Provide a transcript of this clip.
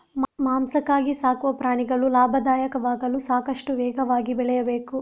ಮಾಂಸಕ್ಕಾಗಿ ಸಾಕುವ ಪ್ರಾಣಿಗಳು ಲಾಭದಾಯಕವಾಗಲು ಸಾಕಷ್ಟು ವೇಗವಾಗಿ ಬೆಳೆಯಬೇಕು